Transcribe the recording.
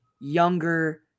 younger